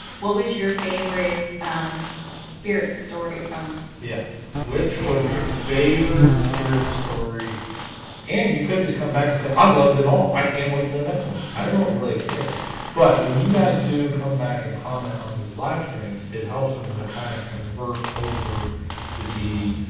what was your favorite spirit story from yeah which was your favorite spirit story and you could just come back and say i loved it all i can't wait to the next one i don't really care but when you guys do come back and comment on these live streams it helps them to kind of convert over to be